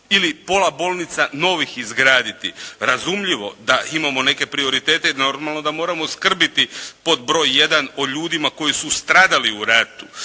ili pola bolnica novih izgraditi. Razumljivo da imamo neke prioritete i normalno da moramo skrbiti pod broj 1 o ljudima koji su stradali u ratu.